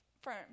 firm